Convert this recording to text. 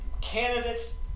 candidates